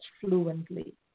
fluently